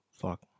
Fuck